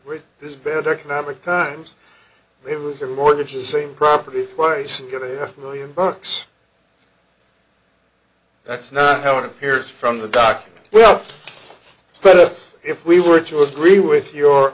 with this bad economic times it was a mortgage the same property twice and get a half million bucks that's not how it appears from the document well but if if we were to agree with your